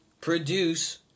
produce